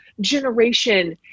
generation